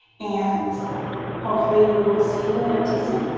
and hopefully we will see you at otc.